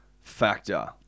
factor